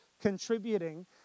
contributing